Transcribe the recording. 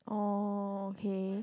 oh okay